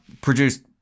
produced